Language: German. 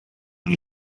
wie